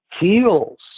heals